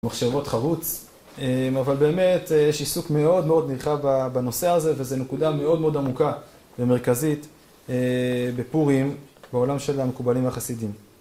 מחשבות חרוץ, אבל באמת יש עיסוק מאוד מאוד נרחב בנושא הזה וזו נקודה מאוד מאוד עמוקה ומרכזית בפורים, בעולם של המקובלים החסידים.